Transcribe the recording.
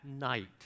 night